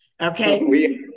okay